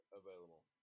available